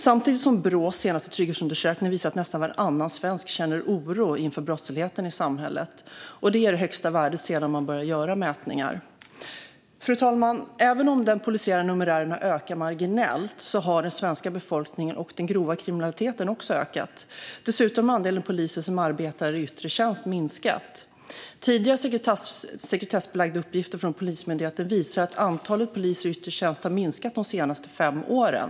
Samtidigt visar Brås senaste trygghetsundersökning att nästan varannan svensk känner oro över brottsligheten i samhället. Det är det högsta värdet sedan man började göra mätningar. Fru talman! Den polisiära numerären har visserligen ökat marginellt, men den svenska befolkningen och den grova kriminaliteten har också ökat. Dessutom har andelen poliser som arbetar i yttre tjänst minskat. Tidigare sekretessbelagda uppgifter från Polismyndigheten visar att antalet poliser i yttre tjänst har minskat de senaste fem åren.